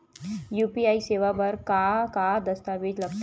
UPI सेवा बर का का दस्तावेज लगथे?